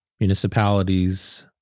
municipalities